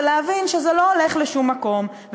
ולהבין שזה לא הולך לשום מקום,